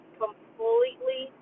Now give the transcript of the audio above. completely